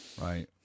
Right